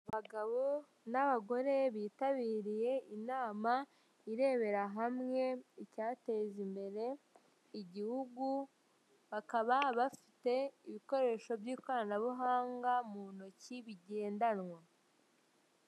Abagabo n'abagore bitabiriye inama irebera hamwe icyateza imbere igihugu, bakaba bafite ibikoresho by'ikoranabuhanga mu ntoki bigendanwa.